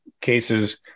cases